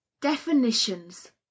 Definitions